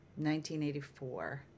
1984